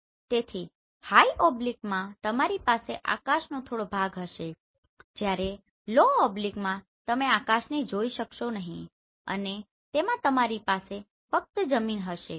તેથી હાઈ ઓબ્લીકમાં તમારી પાસે આકાશનો થોડો ભાગ હશે જ્યારે લો ઓબ્લીકમાં તમે આકાશને જોઈ શકશો નહીં અને તેમાં તમારી પાસે ફક્ત જમીન હશે